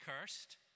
cursed